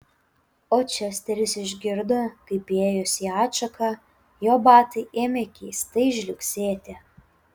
o česteris išgirdo kaip įėjus į atšaką jo batai ėmė keistai žliugsėti